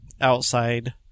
outside